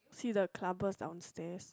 see the clubbers downstairs